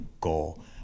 goal